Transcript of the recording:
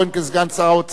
כסגן שר האוצר,